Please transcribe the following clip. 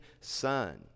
Son